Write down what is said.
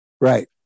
right